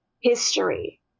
history